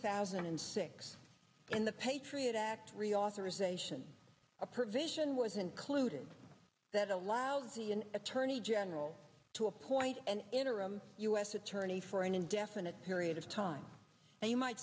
thousand and six and the patriot act reauthorization a provision was included that allows me an attorney general to appoint an interim u s attorney for an indefinite period of time and you might